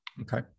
Okay